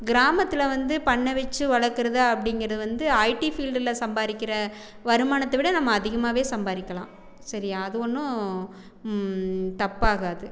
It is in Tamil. கிராமத்தில் வந்து பண்ணை வைச்சு வளர்க்குறது அப்படிங்கிறது வந்து ஐட்டி பீல்டில் சம்பாதிக்கிற வருமானத்தை விட நம்ம அதிகமாகவே சம்பாதிக்கலாம் சரியா அது ஒன்றும் தப்பாகாது